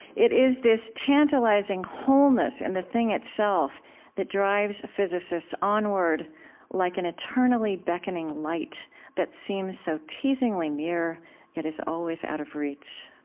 it is this tantalizing wholeness and the thing itself that drives physicists onward like an eternally beckoning light that seems so teasingly near yet is always out of reach.